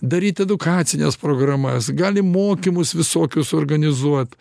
daryt edukacines programas gali mokymus visokius suorganizuot